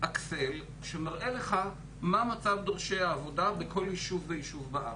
אקסל שמראה לך מה מצב דורשי העבודה בכל ישוב וישוב בארץ.